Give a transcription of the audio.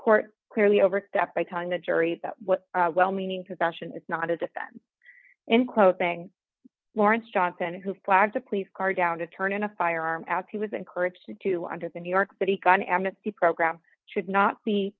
court clearly over that by telling the jury that well meaning possession is not a defense in quoting lawrence johnson who flagged a police car down to turn in a firearm out he was encouraged to under the new york but he got an amnesty program should not be